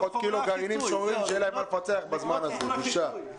זו בושה.